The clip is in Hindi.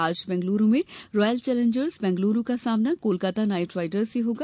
आज बेंगलुरू मे रॉयल चेलेंजर्स बैंगलौर का सामना कोलकाता नाइट राइडर्स से होगा